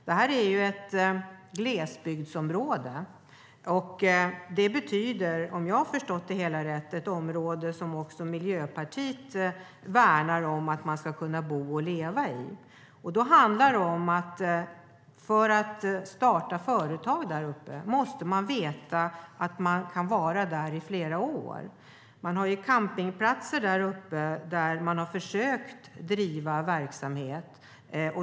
Detta är ett glesbygdsområde, och det betyder - om jag har förstått det hela rätt - ett område som också Miljöpartiet värnar om för att man ska kunna bo och leva där. För att man ska kunna starta företag där uppe måste man veta att man kan driva det i flera år. Det finns campingplatser där man har försökt driva verksamhet.